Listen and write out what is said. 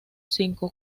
cinco